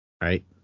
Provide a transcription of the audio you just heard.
right